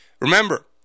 Remember